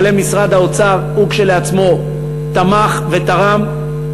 אלמלא משרד האוצר, שהוא כשלעצמו תמך ותרם.